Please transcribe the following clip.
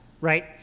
right